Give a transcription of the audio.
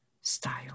style